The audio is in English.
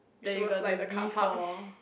then you go to B four